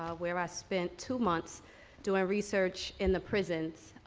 where i spent two months doing research in the prisons,